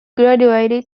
graduated